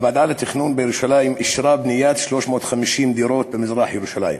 הוועדה לתכנון בירושלים אישרה בניית 350 דירות במזרח-ירושלים.